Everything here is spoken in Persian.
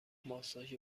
ماساژ